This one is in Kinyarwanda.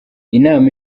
inama